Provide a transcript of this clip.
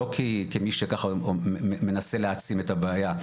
לא כמי שככה מנסה להעצים את הבעיה.